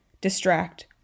distract